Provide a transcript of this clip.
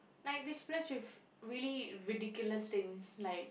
like they splurge with really ridiculous things like